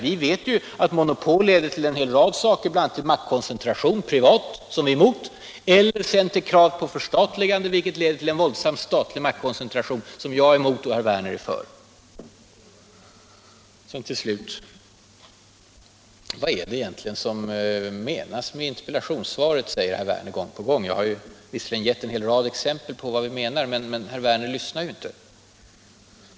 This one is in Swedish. Vi vet ju att monopol leder till en hel rad saker, bl.a. privat maktkoncentration, som vi är emot, eller krav på förstatligande, vilket leder till en våldsam statlig maktkoncentration, som jag är emot men som herr Werner är för. Till slut: Vad menas egentligen med interpellationssvaret, frågar herr Werner gång på gång. Jag har visserligen givit en hel rad exempel på vilka åtgärder vi avser att genomföra. Men herr Werner lyssnar ju inte.